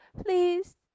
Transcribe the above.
please